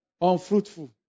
unfruitful